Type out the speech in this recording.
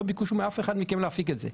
לא ביקשו מאף אחד מכם להפיק את זה.